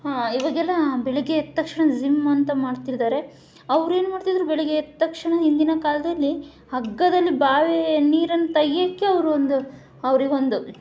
ಇವಾಗೆಲ್ಲ ಬೆಳಗ್ಗೆ ಎದ್ದ ತಕ್ಷಣ ಜಿಮ್ ಅಂತ ಮಾಡ್ತಿದ್ದಾರೆ ಅವ್ರೇನು ಮಾಡ್ತಿದ್ದರು ಬೆಳಗ್ಗೆ ಎದ್ದ ತಕ್ಷಣ ಹಿಂದಿನ ಕಾಲದಲ್ಲಿ ಹಗ್ಗದಲ್ಲಿ ಬಾವಿಯ ನೀರನ್ನ ತೆಗೆಯೋಕೆ ಅವ್ರೊಂದು ಅವ್ರಿಗೊಂದು